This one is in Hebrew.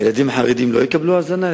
ילדים חרדים לא יקבלו הזנה,